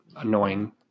annoying